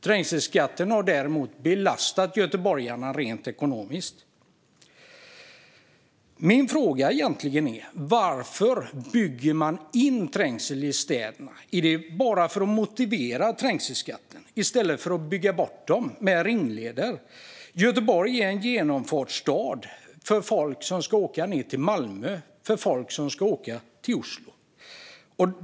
Trängselskatten har däremot belastat göteborgarna rent ekonomiskt. Min fråga är egentligen varför man bygger in trängsel i städerna i stället för att bygga bort den med ringleder. Är det bara för att motivera trängselskatten? Göteborg är en genomfartsstad för folk som ska åka till Malmö och Oslo.